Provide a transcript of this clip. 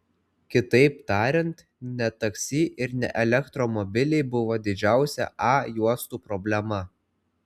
kitaip tariant ne taksi ir ne elektromobiliai buvo didžiausia a juostų problema